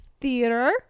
theater